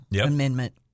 amendment